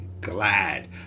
glad